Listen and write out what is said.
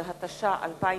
13), התש"ע 2009,